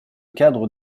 cadre